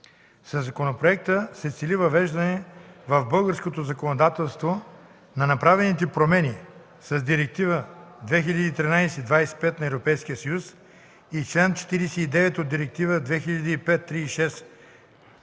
Със законопроекта се цели въвеждане в българското законодателство на направените промени с Директива 2013/25/ЕС и чл. 49 от Директива 2005/36/ЕО